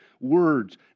words